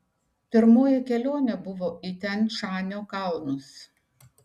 pirmoji kelionė buvo į tian šanio kalnus